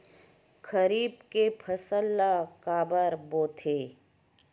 खरीफ के फसल ला काबर बोथे?